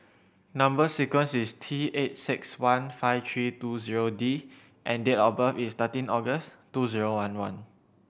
number sequence is T eight six one five three two zero D and date of birth is thirteen August two zero one one